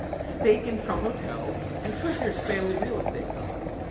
stake in trump hotels, and kushner's family real estate company.